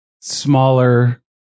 smaller